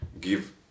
give